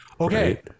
okay